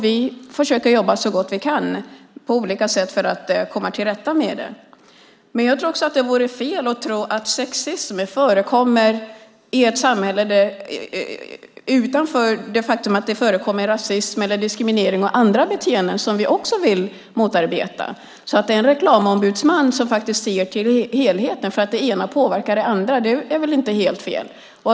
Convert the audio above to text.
Vi försöker jobba så gott vi kan på olika sätt för att komma till rätta med det. Men det vore fel att tro att sexism förekommer i ett samhälle avskilt från det faktum att det förekommer rasism, diskriminering och andra beteenden som vi också vill motarbeta. En reklamombudsman som ser till helheten är väl inte helt fel? Det ena påverkar det andra.